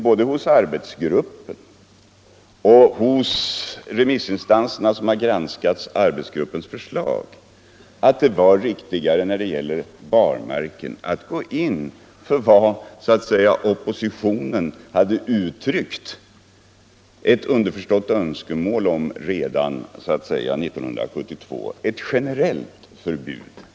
Både arbetsgruppen och de remissinstanser som granskat arbetsgruppens förslag fann att det i fråga om barmarkskörningen var riktigare att gå på den linje som oppositionen redan 1972 underförstått hade uttryckt ett önskemål om, nämligen ett generellt förbud.